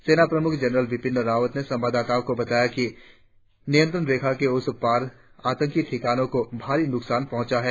सेना प्रमुख जनरल बिपिन रावत ने संवाददाताओं को बताया कि नियंत्रण रेखा के उस पार आतंकी ठिकानों को भारी नुकसान पहुंचा है